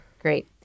great